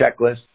checklist